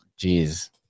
jeez